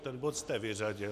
Ten bod jste vyřadili.